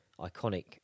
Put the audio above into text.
iconic